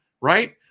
right